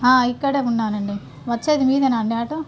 ఇక్కడే ఉన్నానండి వచ్చేది మీదేనా అండి ఆటో